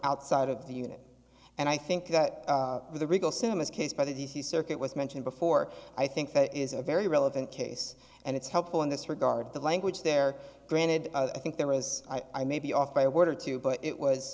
outside of the unit and i think that the regal cinemas case by the circuit was mentioned before i think that is a very relevant case and it's helpful in this regard the language there granted i think there was i may be off by a word or two but it was